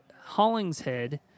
Hollingshead